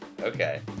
Okay